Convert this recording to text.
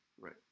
Right